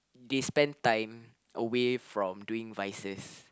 they spend time away from doing vices